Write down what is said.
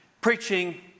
preaching